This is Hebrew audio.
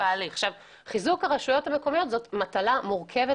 חיזוק הרשויות המקומיות זו משימה מורכבת